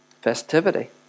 Festivity